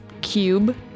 cube